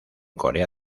corea